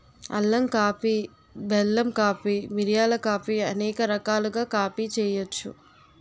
అల్లం కాఫీ బెల్లం కాఫీ మిరియాల కాఫీ అనేక రకాలుగా కాఫీ చేయొచ్చు